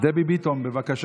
חברת הכנסת דבי ביטון, בבקשה.